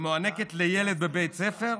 שמוענקת לילד בבית ספר,